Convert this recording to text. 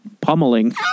pummeling